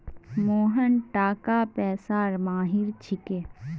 मोहन टाका पैसार माहिर छिके